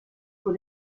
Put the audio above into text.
con